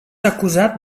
acusat